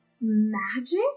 magic